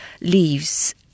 leaves